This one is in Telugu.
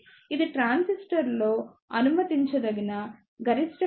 ఇది ట్రాన్సిస్టర్లో అనుమతించదగిన గరిష్ట కలెక్టర్ కరెంట్ అవుతుంది